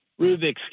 Rubik's